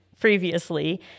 previously